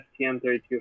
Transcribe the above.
STM32